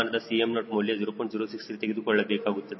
063 ತೆಗೆದುಕೊಳ್ಳಬೇಕಾಗುತ್ತದೆ